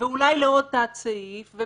ואולי לעוד תת-סעיף -- לא.